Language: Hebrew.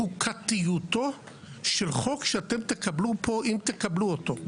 חוקיותו של חוק שאתם תקבלו פה אם תקבלו אותו.